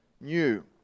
new